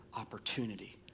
opportunity